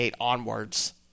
onwards